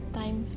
time